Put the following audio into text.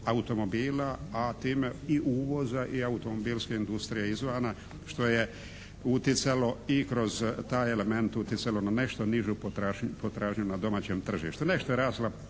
automobila, a time i uvoza i automobilske industrije izvana, što je utjecalo i kroz taj element utjecalo na nešto nižu potražnju na domaćem tržištu. Nešto je rasla